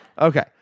Okay